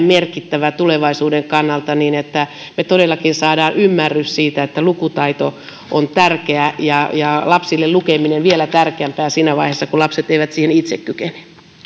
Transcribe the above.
merkittävä tulevaisuuden kannalta niin että me todellakin saamme ymmärryksen siitä että lukutaito on tärkeä ja ja lapsille lukeminen vielä tärkeämpää siinä vaiheessa kun lapset eivät siihen itse kykene